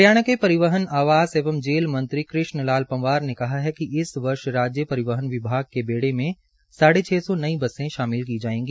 हरियाणा परिवहन आवास एवं जेल मंत्री कृष्ण लाल पंवार ने कहा है कि इस वर्ष राज्य परिवहन विभाग के बेड़े में साढ़े छ सौ नई बसे शामिल की जायेगी